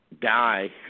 die